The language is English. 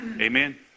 Amen